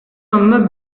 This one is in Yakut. онно